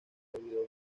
debido